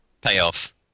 Payoff